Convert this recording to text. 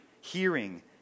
hearing